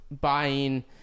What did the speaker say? buying